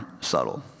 subtle